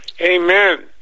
Amen